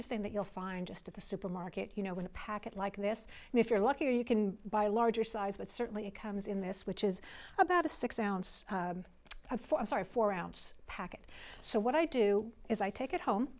of thing that you'll find just at the supermarket you know when a package like this and if you're lucky you can buy a larger size but certainly it comes in this which is about a six ounce of four i'm sorry four ounce packet so what i do is i take it home